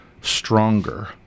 stronger